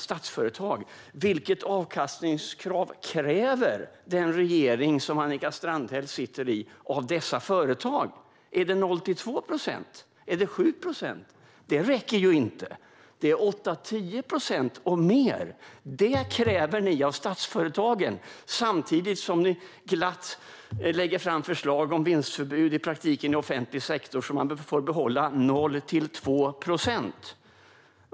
Vilket krav på avkastning har den regering som Annika Strandhäll sitter i på dessa företag? Är det 0-2 procent? Är det 7 procent? Det räcker inte. Det är 8-10 procent och mer. Det kräver ni av statsföretagen, samtidigt som ni glatt lägger fram förslag om i praktiken vinstförbud i offentlig sektor så att man får behålla 0-2 procent.